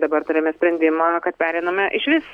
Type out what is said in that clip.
dabar turime sprendimą kad pereiname išvis